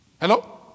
Hello